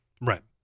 Right